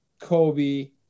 Kobe